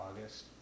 August